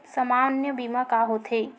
सामान्य बीमा का होथे?